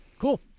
Cool